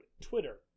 twitter